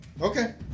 Okay